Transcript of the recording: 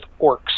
orcs